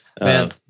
man